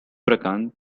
brkan